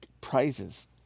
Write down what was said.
prizes